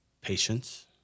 Patience